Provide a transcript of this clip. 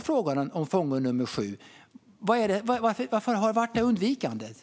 Varför har detta undvikits?